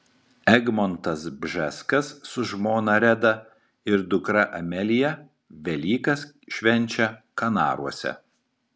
egmontas bžeskas su žmona reda ir dukra amelija velykas švenčia kanaruose